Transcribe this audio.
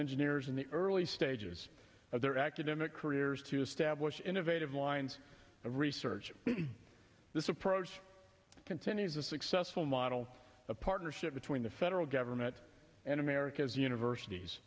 engineers in the early stages of their academic careers to establish innovative lines of research this approach continues the successful model of partnership between the federal government and america's universities